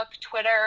Twitter